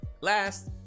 Last